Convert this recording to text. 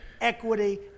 equity